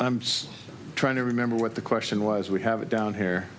still trying to remember what the question was we have it down here